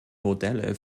modelle